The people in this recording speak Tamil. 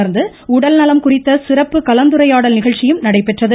தொடர்ந்து உடல் நலம் குறித்த சிறப்பு கலந்துரையாடல் நிகழ்ச்சியும் நடைபெற்றது